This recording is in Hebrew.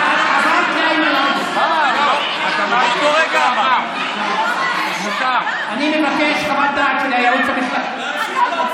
מה קורה כאן, אני מבקש חוות דעת של היועץ המשפטי.